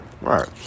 right